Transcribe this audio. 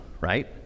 Right